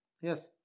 yes